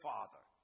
Father